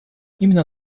именно